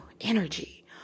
energy